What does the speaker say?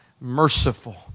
merciful